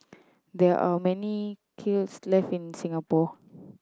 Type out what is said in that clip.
there are many kilns left in Singapore